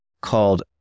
called